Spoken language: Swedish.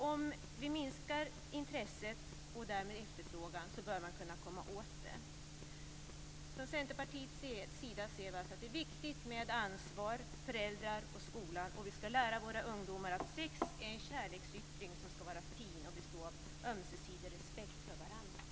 Om vi minskar intresset, och därmed efterfrågan, bör man kunna komma åt det. Vi i Centerpartiet anser alltså att det är viktigt med ansvar hos föräldrar och skola. Vi ska lära våra ungdomar att sex är en kärleksyttring som ska var fin och bestå av ömsesidig respekt för varandra.